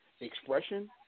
expression